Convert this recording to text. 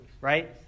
right